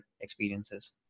experiences